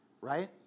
right